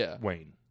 Wayne